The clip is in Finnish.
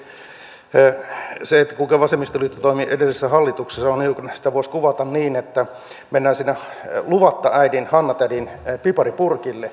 edustaja arhinmäki se kuinka vasemmistoliitto toimi edellisessä hallituksessa on hiukan kuin sitä voisi kuvata niin että mennään luvatta sinne äidin hanna tädin pipari purkille